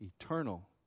eternal